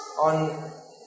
on